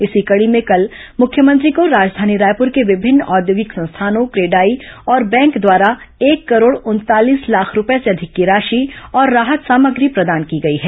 इसी कड़ी में कल मुख्यमंत्री को राजधानी रायपुर के विभिन्न औद्योगिक संस्थानों क्रेडाई और बैंक द्वारा एक करोड़ उनतालीस लाख रूपये से अधिक की राशि और राहत सामग्री प्रदान की गई है